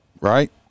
Right